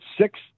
six